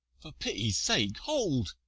for pity-sake, hold!